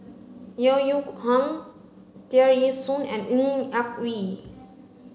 Yeo Yeow Kwang Tear Ee Soon and Ng Yak Whee